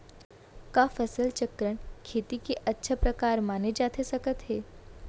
का फसल चक्रण, खेती के अच्छा प्रकार माने जाथे सकत हे?